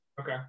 Okay